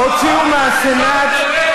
אתה נותן יד לטרור,